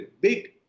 big